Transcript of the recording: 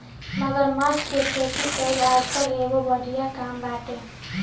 मगरमच्छ के खेती कईल आजकल एगो बढ़िया काम बाटे